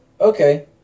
Okay